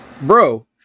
Bro